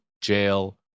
jail